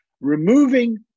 removing